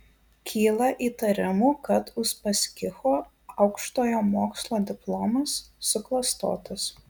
kyla įtarimų kad uspaskicho aukštojo mokslo diplomas suklastotas